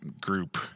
group